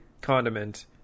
condiment